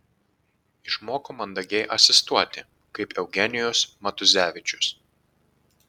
išmoko mandagiai asistuoti kaip eugenijus matuzevičius